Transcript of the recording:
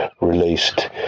released